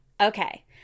Okay